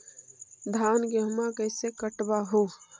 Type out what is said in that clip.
धाना, गेहुमा कैसे कटबा हू?